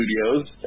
studios